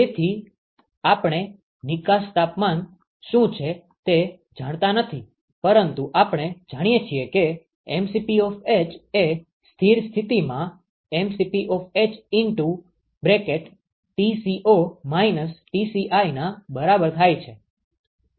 તેથી આપણે નિકાશ તાપમાન શું છે તે જાણતા નથી પરંતુ આપણે જાણીએ છીએ કે h એ સ્થિર સ્થિતિમાં h Tco - Tciના બરાબર થાય છે